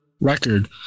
record